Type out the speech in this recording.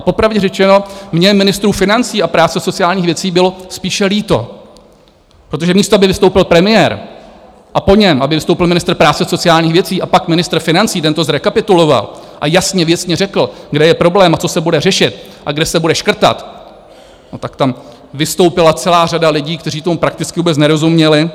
Popravdě řečeno mně ministrů financí a práce a sociálních věcí bylo spíše líto, protože místo aby vystoupil premiér a po něm aby vystoupil ministr práce a sociálních věcí a pak ministr financí, ten to zrekapituloval a jasně věcně řekl, kde je problém, co se bude řešit a kde se bude škrtat, tak tam vystoupila celá řada lidí, kteří tomu prakticky vůbec nerozuměli.